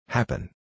Happen